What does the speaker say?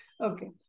Okay